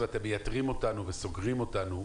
אתם מייתרים אותנו וסוגרים אותנו'